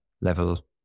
level